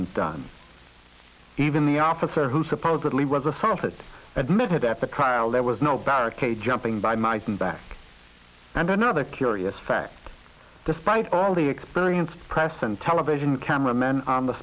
wasn't done even the officer who supposedly was assaulted admitted after trial there was no barricade jumping by my son back and another curious fact despite all the experienced press and television cameramen on the